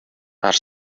are